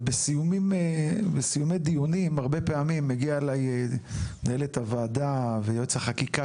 ובסיומי דיונים הרבה פעמים מגיעה אליי מנהלת הוועדה ויועץ החקיקה